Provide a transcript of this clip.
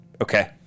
Okay